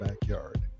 backyard